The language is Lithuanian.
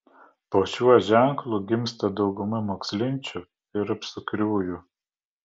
po šiuo ženklu gimsta dauguma mokslinčių ir apsukriųjų